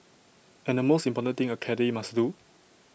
and the most important thing A caddie must do